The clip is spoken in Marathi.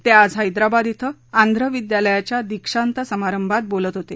ते आज हैदराबाद धिं आंध्र विद्यालयाच्या दिक्षांत समारंभात बोलत होते